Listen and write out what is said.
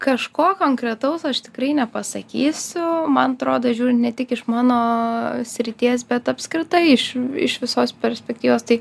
kažko konkretaus aš tikrai nepasakysiu man atrodo žiūrint ne tik iš mano srities bet apskritai iš iš visos perspektyvos tai